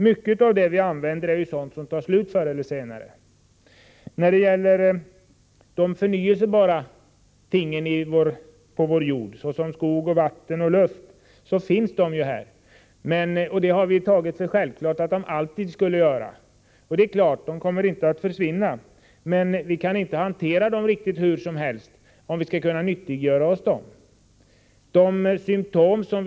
Mycket av det vi använder är ju sådant som förr eller senare tar slut. När det gäller de förnyelsebara tingen på vår jord — såsom skog, vatten och luft — har vi hittills ansett det vara självklart att de alltid kommer att finnas. Självfallet kommer dessa ting inte att försvinna. Men vi kan inte hantera dem hur som helst, om vi skall kunna nyttiggöra oss dem även i framtiden.